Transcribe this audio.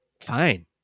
fine